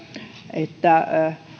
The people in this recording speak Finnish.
että